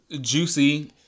juicy